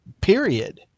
period